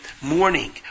morning